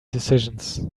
decisions